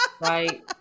right